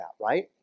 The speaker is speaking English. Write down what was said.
right